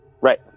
Right